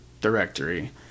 directory